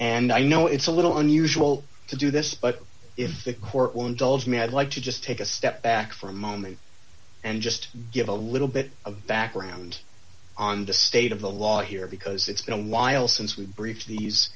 and i know it's a little unusual to do this but if the court will indulge me i'd like to just take a step back for a moment and just give a little bit of background on the state of the law here because it's been a while since we've breached these